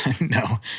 No